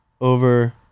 over